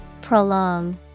Prolong